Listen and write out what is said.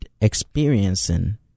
experiencing